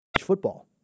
Football